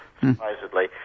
supposedly